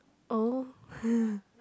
oh